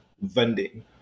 vending